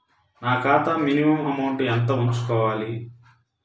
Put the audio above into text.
నా ఖాతా minimum amount ఎంత ఉంచుకోవాలి?